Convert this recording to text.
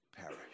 perish